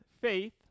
faith